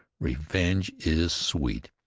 revenge is sweet,